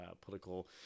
political